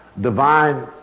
divine